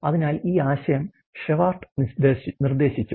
അതിനാൽ ഈ ആശയം ഷെവാർട്ട് നിർദ്ദേശിച്ചു